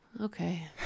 Okay